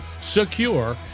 secure